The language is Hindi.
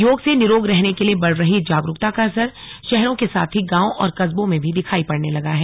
योग से निरोग रहने के लिए बढ़ रही जागरुकता का असर शहरों के साथ ही गांवों और कस्बों में भी दिखाई पड़ने लगा है